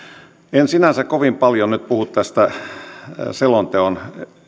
en sinänsä kovin paljon nyt puhu tämän selonteon